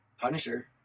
Punisher